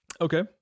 Okay